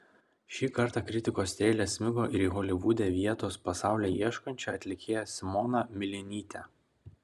šį kartą kritikos strėlės smigo ir į holivude vietos po saule ieškančią atlikėją simoną milinytę